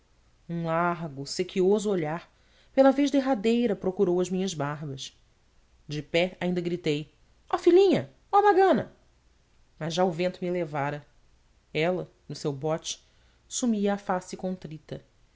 um largo sequioso olhar pela vez derradeira procurou as minhas barbas de pé ainda gritei oh filhinha oh magana mas já o vento me levara ela no seu bote sumia a face contrita